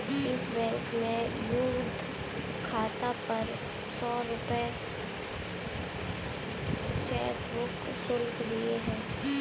axis Bank में youth खाता पर सौ रूपये चेकबुक शुल्क देय है